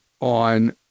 on